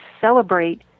celebrate